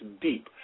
deep